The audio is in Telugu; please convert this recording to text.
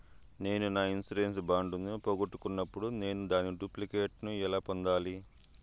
నేను నా ఇన్సూరెన్సు బాండు ను పోగొట్టుకున్నప్పుడు నేను దాని డూప్లికేట్ ను ఎలా పొందాలి?